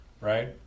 right